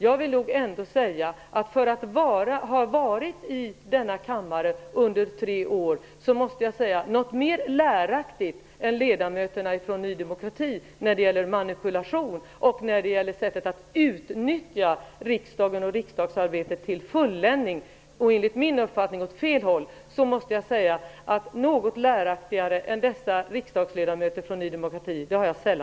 Jag måste säga att för att bara ha varit i denna kammare under tre år har jag sällan sett något mer läraktigt än ledamöterna från Ny demokrati när det gäller manipulation och sättet att utnyttja riksdagen och riksdagsarbetet till fulländning -- och enligt min uppfattning åt fel håll.